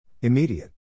immediate